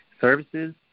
services